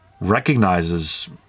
recognizes